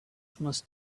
must